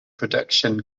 production